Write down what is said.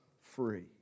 free